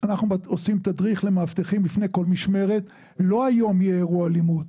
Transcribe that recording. אנחנו עושים תדריך למאבטחים לפני כל משמרת לא היום יהיה אירוע אלימות,